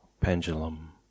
pendulum